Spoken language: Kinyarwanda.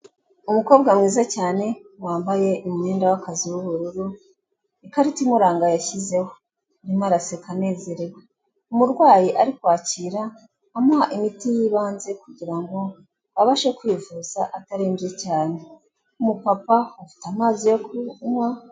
Umukobwa mwiza cyane wambaye imyenda w'akazi w'ubururu ikarita imuranga yashyizeho arimo araseka anezerewe. Umurwayi ari kwakira amuha imiti y'ibanze kugirango abashe kwivuza atarembye cyane, umupapa afite amazi yo kuywa.